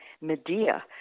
Medea